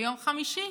ביום חמישי,